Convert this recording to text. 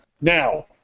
now